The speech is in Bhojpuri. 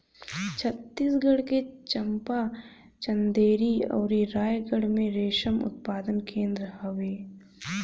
छतीसगढ़ के चंपा, चंदेरी अउरी रायगढ़ में रेशम उत्पादन केंद्र हवे